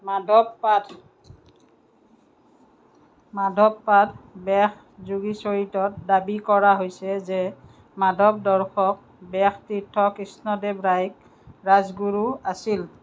মাধৱ পাঠ মাধৱ পাঠ ব্যাসযোগী চৰিতত দাবী কৰা হৈছে যে মাধৱ দৰ্শক ব্যাসতীৰ্থ কৃষ্ণদেৱ ৰায় ৰাজগুৰু আছিল